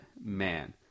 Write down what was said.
man